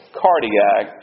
cardiac